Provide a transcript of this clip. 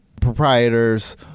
proprietors